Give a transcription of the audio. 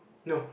no